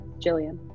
Jillian